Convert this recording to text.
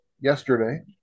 yesterday